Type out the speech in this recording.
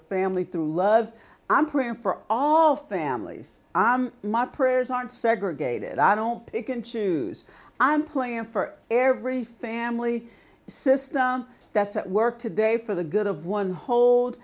family through loves i'm praying for all families my prayers aren't segregated i don't pick and choose i'm playin for every family system that's at work today for the good of one hold